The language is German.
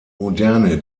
moderne